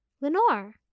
Lenore